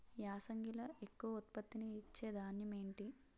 యాసంగిలో ఎక్కువ ఉత్పత్తిని ఇచే ధాన్యం ఏంటి?